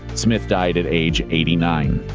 smith died at age eighty nine.